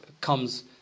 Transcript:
comes